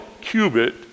cubit